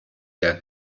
der